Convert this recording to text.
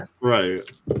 Right